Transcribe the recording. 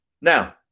Now